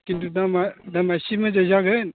खिन्थु दामा दामा इसे मोजां जागोन